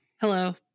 hello